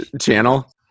channel